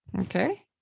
okay